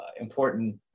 important